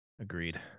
agreed